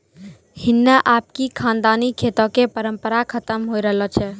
हिन्ने आबि क खानदानी खेतो कॅ परम्परा खतम होय रहलो छै